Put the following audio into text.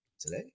today